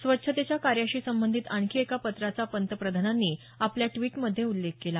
स्वच्छतेच्या कार्याशी संबंधित आणखी एका पत्राचा पंतप्रधानांनी आपल्या ट्विट मध्ये उल्लेख केला